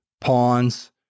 pawns